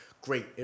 great